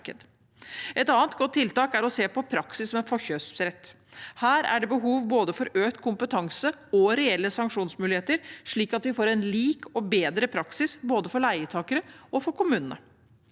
Et annet godt tiltak er å se på praksis med forkjøpsrett. Her er det behov for både økt kompetanse og reelle sanksjonsmuligheter, slik at vi får en lik og bedre praksis både for leietakere og for kommunene.